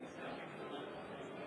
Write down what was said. השנייה ולקריאה השלישית.